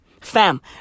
Fam